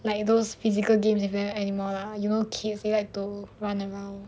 like those physical games with them lah you know kids they like to run around